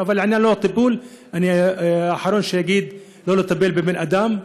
אבל אני האחרון שאגיד לא לטפל בבן אדם,